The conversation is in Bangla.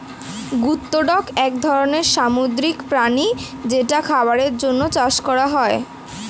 গিওডক এক ধরনের সামুদ্রিক প্রাণী যেটা খাবারের জন্যে চাষ করা হয়